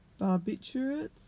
barbiturates